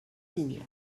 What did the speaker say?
vignes